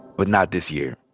but not this year.